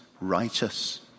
righteous